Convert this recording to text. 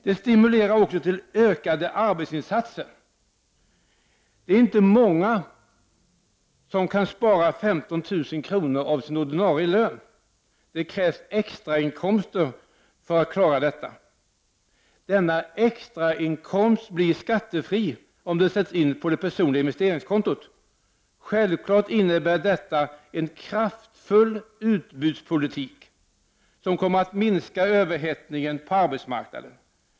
— Det stimulerar till ökade arbetsinsatser. Det är inte många som kan spara 15 000 per år på sin ordinarie lön — det krävs extrainkomster för att klara det. Denna extrainkomst blir skattefri om den sätts in på det personliga investeringskontot. Självfallet innebär det en kraftfull utbudspolitik, som kommer att minska överhettningen på arbetsmarknaden.